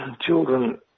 children